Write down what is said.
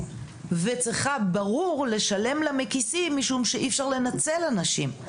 וצריכה ברור לשלם לה מכיסי משום שאי-אפשר לנצל אנשים.